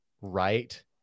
right